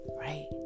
right